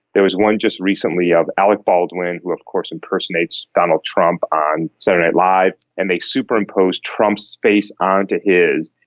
there was one just recently of alec baldwin, who of course impersonates donald trump on saturday night alive, and they superimposed trump's face onto his,